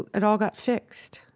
it all got fixed